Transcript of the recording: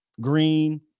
Green